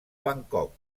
bangkok